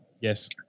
Yes